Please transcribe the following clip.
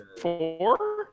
Four